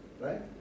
right